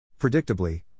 Predictably